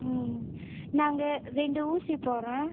ம் நாங்கள் ரெண்டு ஊசி போடுகிறேன்